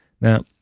Now